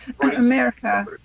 America